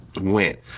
went